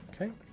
Okay